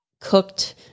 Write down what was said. cooked